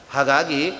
Hagagi